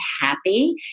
happy